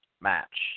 match